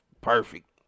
perfect